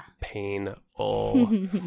painful